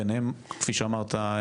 ביניהם כפי שאמרת,